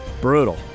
Brutal